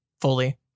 Fully